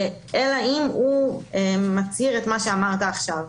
אלא אם הוא מצהיר את מה שאמרת עכשיו.